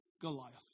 Goliath